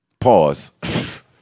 pause